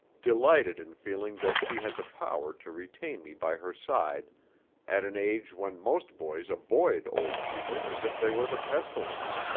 delighted in feeling that she had the power to retain me by her side at an age when most boys avoid old people as if they were the pestilence.